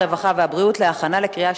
הרווחה והבריאות נתקבלה.